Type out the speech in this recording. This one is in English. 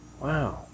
wow